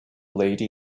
late